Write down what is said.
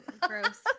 Gross